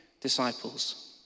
disciples